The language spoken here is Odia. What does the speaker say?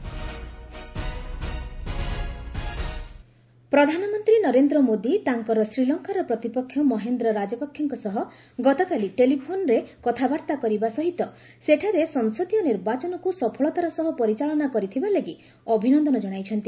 ପିଏମ୍ ଶ୍ରୀଲଙ୍କା ପୋଲ୍ ପ୍ରଧାନମନ୍ତ୍ରୀ ନରେନ୍ଦ୍ର ମୋଦି ତାଙ୍କର ଶ୍ରୀଲଙ୍କାର ପ୍ରତିପକ୍ଷ ମହେନ୍ଦ୍ର ରାଜପକ୍ଷେଙ୍କ ସହ ଗତକାଲି ଟେଲିଫୋନ୍ରେ କଥାବାର୍ତ୍ତା କରିବା ସହିତ ସେଠାରେ ସଂସଦୀୟ ନିର୍ବାଚନକୁ ସଫଳତାର ସହ ପରିଚାଳନା କରିଥିବାଲାଗି ଅଭିନନ୍ଦନ ଜଣାଇଛନ୍ତି